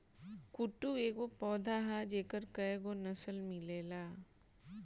कुटू एगो पौधा ह जेकर कएगो नसल मिलेला